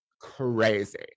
crazy